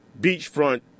beachfront